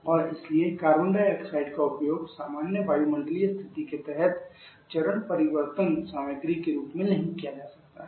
और इसलिए carbon dioxide का उपयोग सामान्य वायुमंडलीय स्थिति के तहत चरण परिवर्तन सामग्री के रूप में नहीं किया जा सकता है